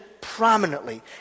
prominently